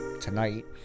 tonight